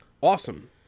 Awesome